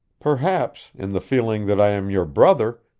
perhaps, in the feeling that i am your brother,